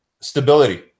stability